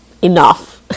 Enough